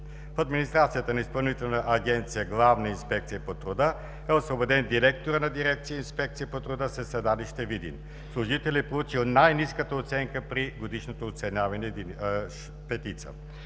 В администрацията на Изпълнителна агенция „Главна инспекция по труда“ е освободен директорът на дирекция „Инспекция по труда“ със седалище Видин. Служителят е получил най-ниската оценка при годишното оценяване – петица.